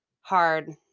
hard